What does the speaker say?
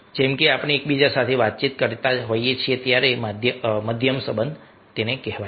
જેમ કે આપણે એકબીજા સાથે વાતચીત કરીએ છીએ જેથી તેને મધ્યમ સંબંધ કહેવાય